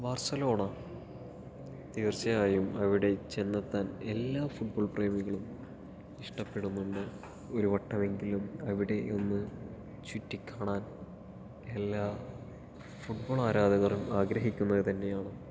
Barcelona തീർച്ചയായും അവിടെ ചെന്നെത്താൻ എല്ലാ ഫുട്ബോൾ പ്രേമികളും ഇഷ്ടപ്പെടുന്നുണ്ട് ഒരുവട്ടമെങ്കിലും അവിടെയൊന്ന് ചുറ്റിക്കാണാൻ എല്ലാ ഫുട്ബോൾ ആരാധകരും ആഗ്രഹിക്കുന്നത് തന്നെയാണ്